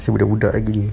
masih budak-budak lagi